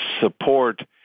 support